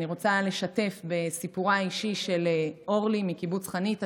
אני רוצה לשתף בסיפורה האישי של אורלי מקיבוץ חניתה,